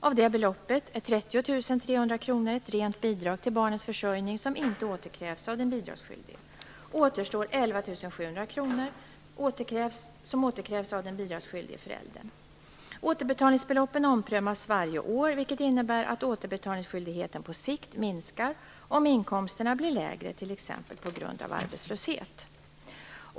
Av detta belopp är 30 300 kr ett rent bidrag till barnens försörjning som inte återkrävs av den bidragsskyldige. Återstående 11 700 kr återkrävs av den bidragsskyldige föräldern. Återbetalningsbeloppen omprövas varje år vilket innebär att återbetalningsskyldigheten på sikt minskar om inkomsterna blir lägre t.ex. på grund av arbetslöshet.